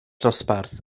dosbarth